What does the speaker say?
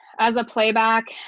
as a playback,